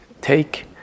take